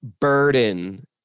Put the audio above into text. burden